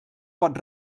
pot